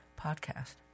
podcast